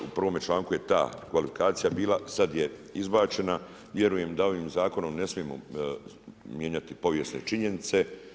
U prvom članku je ta kvalifikacija bila, sad je izbačena, vjerujem da ovim zakonom ne smijemo mijenjati povijesne činjenice.